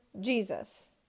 Jesus